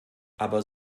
aber